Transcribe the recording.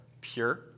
pure